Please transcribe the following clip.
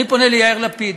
אני פונה ליאיר לפיד,